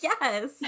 Yes